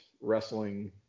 wrestling